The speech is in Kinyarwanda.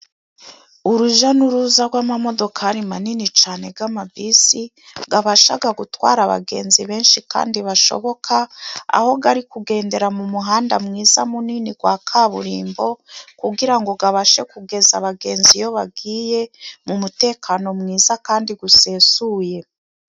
Uruja n'uruza gw'amamodokari manini cane，g'amabisi，gabashaga gutwara abagenzi benshi kandi bashoboka， aho gari kugendera mu muhanda mwiza munini gwa kaburimbo， kugira ngo kabashe kugeza abagenzi iyo bagiye， mu mutekano mwiza kandi gusesuye.